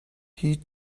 هیچ